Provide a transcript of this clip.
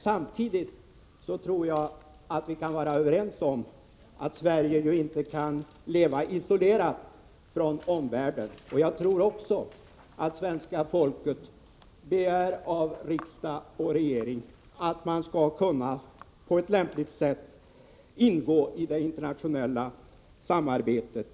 Jag tror att vi kan vara överens om att Sverige inte kan leva isolerat från omvärlden. Jag tror också att svenska folket av riksdag och regering begär att man, på ett lämpligt sätt, skall kunna ingå i det internationella samarbetet.